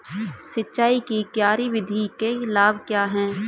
सिंचाई की क्यारी विधि के लाभ क्या हैं?